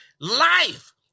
life